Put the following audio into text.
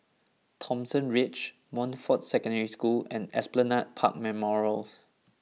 Thomson Ridge Montfort Secondary School and Esplanade Park Memorials